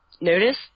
notice